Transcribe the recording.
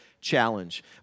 Challenge